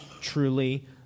truly